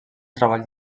treball